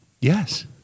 Yes